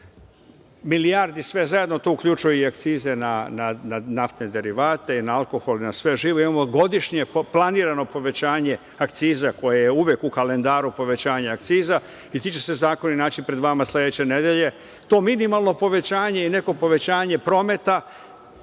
milijardi sve zajedno, to uključuje i akcize na naftne derivate i na alkohol i na sve živo, imamo godišnje planirano povećanje akciza koje je uvek u kalendaru povećanja akciza i ti će se zakoni naći pred vama sledeće nedelje. To minimalno povećanje i neko povećanje prometa